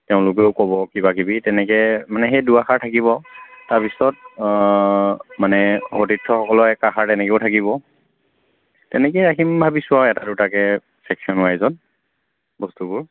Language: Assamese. তেওঁলোকেও ক'ব কিবাকিবি তেনেকৈ মানে সেই দুআষাৰ থাকিব আৰু তাৰ পিছত মানে সতীৰ্থ একাষাৰ তেনেকৈও থাকিব তেনেকৈয়ে ৰাখিম ভাবিছোঁ আৰু এটা দুটাকৈ চছেকচন ৱাইজত বস্তুবোৰ